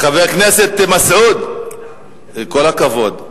חבר הכנסת מסעוד, עם כל הכבוד,